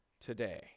today